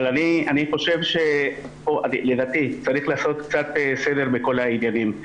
אבל לדעתי צריך לעשות קצת סדר בכל העניינים.